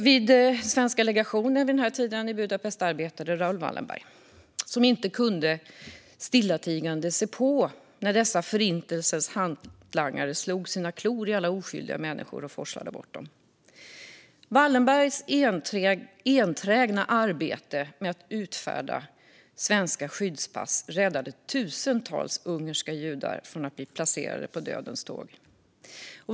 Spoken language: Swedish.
Som legationssekreterare vid den svenska ambassaden i Budapest arbetade vid den här tiden Raoul Wallenberg. Han kunde inte stillatigande se på när Förintelsens hantlangare slog sina klor i alla dessa oskyldiga människor och forslade bort dem. Wallenbergs enträgna arbete med att utfärda svenska skyddspass räddade tusentals ungerska judar från att bli placerade på dödens tåg.